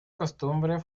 costumbre